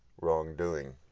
wrongdoing